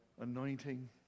anointing